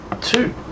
two